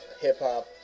hip-hop